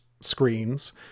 screens